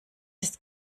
ist